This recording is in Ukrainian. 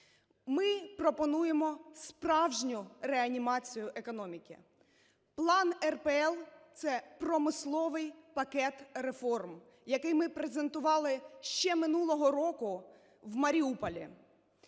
Ми пропонуємо справжню реанімацію економіки. План РПЛ – це промисловий пакет реформ, який презентували ще минулого року в Маріуполі.